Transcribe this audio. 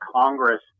Congress